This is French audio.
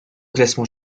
classement